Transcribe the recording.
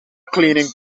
cleaning